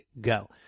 go